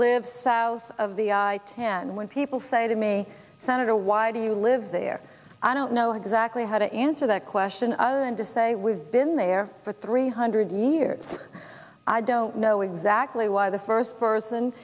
live south of the hand when people say to me senator why do you live there i don't know exactly how to answer that question other than to say we've been there for three hundred years i don't know exactly why the first person